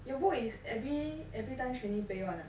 you book is every every time twenty twenty one